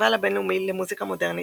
הפסטיבל הבינלאומי למוזיקה מודרנית,